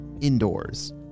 indoors